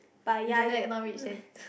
but ya